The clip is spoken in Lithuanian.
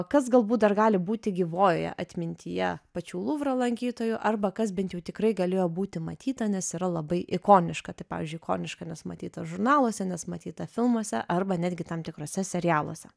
kas galbūt dar gali būti gyvojoje atmintyje pačių luvro lankytojų arba kas bent jau tikrai galėjo būti matyta nes yra labai ikoniška tai pavyzdžiui ikoniška nes matyta žurnaluose nes matyta filmuose arba netgi tam tikruose serialuose